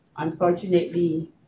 Unfortunately